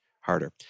harder